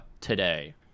today